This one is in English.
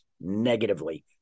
negatively